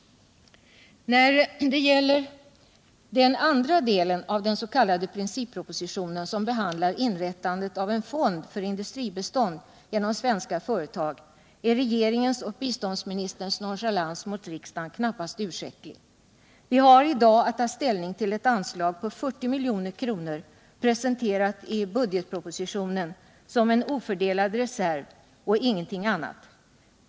När det gäller den andra delen av den s.k. princippropositionen, som behandlar inrättandet av en fond för industribistånd genom svenska företag, är regeringens och biståndsministerns nonchalans mot riksdagen knappast ursäktlig. Vi har i dag att ta ställning till ett anslag på 40 milj.kr. presenterat i budgetpropositionen som en ofördelad reserv och ingenting annat.